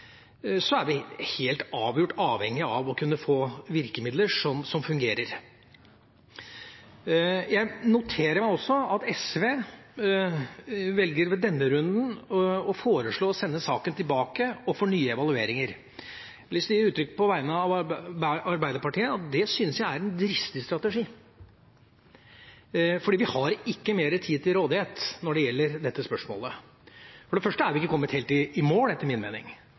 er vi helt avgjort avhengige av å kunne få virkemidler som fungerer. Jeg noterer meg også at SV ved denne runden velger å foreslå å sende saken tilbake for nye evalueringer. Jeg har lyst til å gi uttrykk for, på vegne av Arbeiderpartiet, at det syns jeg er en dristig strategi, for vi har ikke mer tid til rådighet når det gjelder dette spørsmålet. For det første er vi ikke kommet helt i mål, etter min mening.